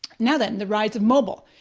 now then, and the rise of mobile.